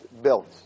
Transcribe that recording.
built